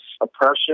oppression